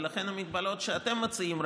ולכן ההגבלות שאתם מציעים,